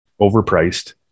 overpriced